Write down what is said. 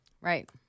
Right